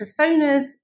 personas